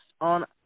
on